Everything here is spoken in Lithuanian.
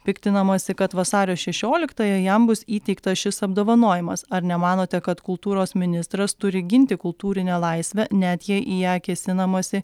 piktinamasi kad vasario šešioliktąją jam bus įteiktas šis apdovanojimas ar nemanote kad kultūros ministras turi ginti kultūrinę laisvę net jei į ją kėsinamasi